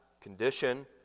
condition